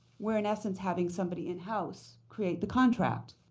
where in essence, having somebody inhouse create the contract,